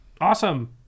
awesome